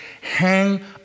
hang